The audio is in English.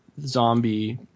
zombie